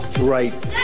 right